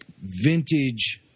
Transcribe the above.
vintage